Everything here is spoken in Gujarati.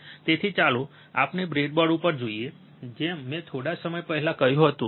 તેથી ચાલો આપણે બ્રેડબોર્ડ ઉપર જોઈએ જેમ મેં થોડા સમય પહેલા કહ્યું હતું